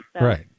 Right